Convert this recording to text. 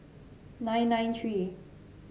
nine nine three